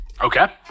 Okay